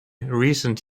recent